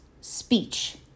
Speech